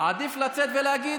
עדיף לצאת ולהגיד: